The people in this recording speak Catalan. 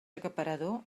acaparador